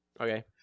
Okay